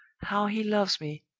how he loves me!